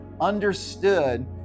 understood